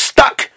Stuck